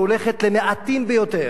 היא הולכת למעטים ביותר,